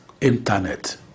Internet